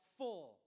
full